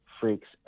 Freaks